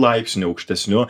laipsniu aukštesniu